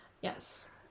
Yes